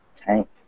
tank